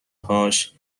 هاش